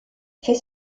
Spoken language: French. fait